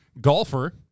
golfer